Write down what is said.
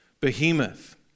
Behemoth